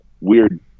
weird